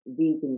Vegans